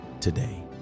today